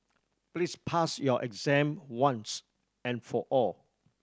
please pass your exam once and for all